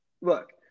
look